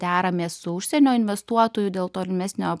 deramės su užsienio investuotoju dėl tolimesnio